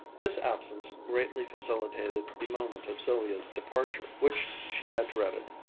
this absence greatly facilitated the moment of sylvia's departure, which she had dreaded.